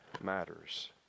matters